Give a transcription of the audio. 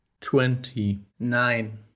twenty-nine